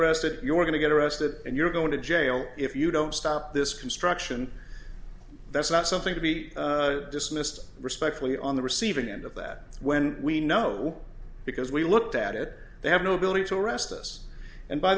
arrested you're going to get arrested and you're going to jail if you don't stop this construction that's not something to be dismissed respectfully on the receiving end of that when we know because we looked at it they have no ability to arrest us and by